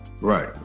Right